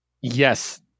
Yes